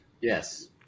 Yes